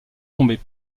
tombés